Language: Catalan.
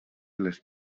les